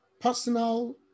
personal